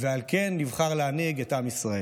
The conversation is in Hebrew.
ועל כן נבחר להנהיג את עם ישראל.